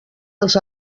als